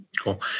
Cool